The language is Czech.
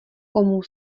komu